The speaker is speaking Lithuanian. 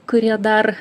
kurie dar